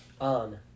on